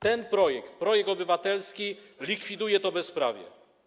Ten projekt, projekt obywatelski, likwiduje to bezprawie.